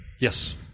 yes